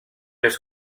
les